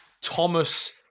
thomas